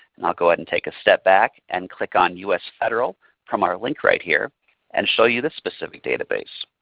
and go ahead and take a step back and click on us federal from our link right here and show you this specific database.